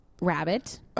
rabbit